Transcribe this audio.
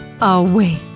away